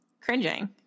cringing